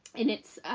and it's